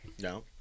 No